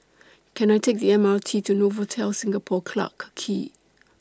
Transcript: Can I Take The M R T to Novotel Singapore Clarke Quay